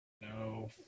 No